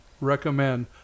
recommend